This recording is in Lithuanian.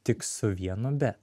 tik su vienu be